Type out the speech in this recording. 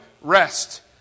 rest